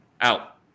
Out